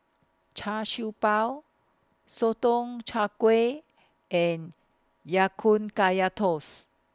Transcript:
Char Siew Bao Sotong Char Kway and Ya Kun Kaya Toast